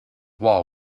wall